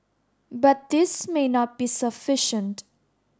but this may not be sufficient